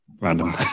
random